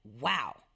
Wow